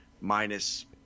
minus